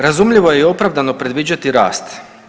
Razumljivo je i opravdano predviđati rast.